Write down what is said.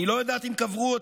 אני לא יודעת אם קברו אותה,